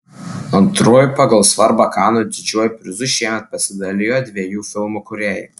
antruoju pagal svarbą kanų didžiuoju prizu šiemet pasidalijo dviejų filmų kūrėjai